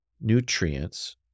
nutrients